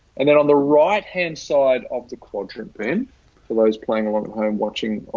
and then on the right hand side of the quadrant, then for those playing along at home, watching